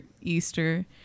Easter